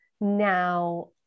now